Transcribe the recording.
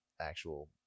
actual